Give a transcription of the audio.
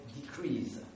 decrease